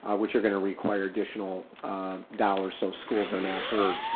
which are gonna require additional dollar, so schools are not heard,